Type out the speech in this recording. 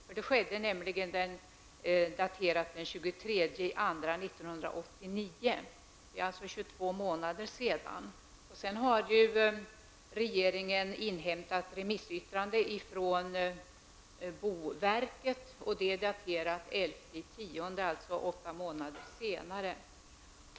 Detta skedde nämligen den 23 februari 1989 -- alltså för 22 månader sedan. Därefter har regeringen från boverket inhämtat remissyttrande, som är daterat den 11 oktober -- alltså 8 månader senare.